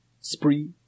spree